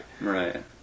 Right